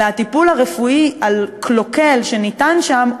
אלא שהטיפול הרפואי הקלוקל שניתן שם,